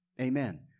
Amen